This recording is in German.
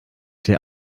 der